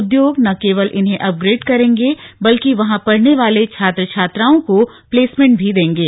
उद्योग न केवल इन्हें अपग्रेड करेंगे बल्कि वहां पढ़ने वाले छात्र छात्राओं को प्लेसमेंट भी देंगे